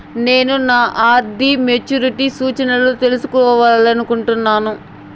నేను నా RD maturity సూచనలను తెలుసుకోవాలనుకుంటున్నాను